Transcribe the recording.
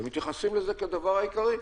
אבל מתייחסים לזה כדבר העיקרי.